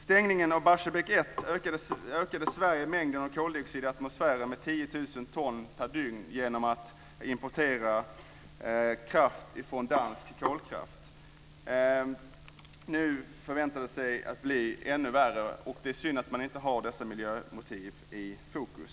Stängningen av Barsebäck 1 gör genom importen av kraft från dansk kolkraft att Sverige ökade mängden koldioxid i atmosfären med 10 000 ton per dygn. Nu förväntas det bli ännu värre, och det är synd att man inte har dessa miljömotiv i fokus.